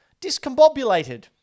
Discombobulated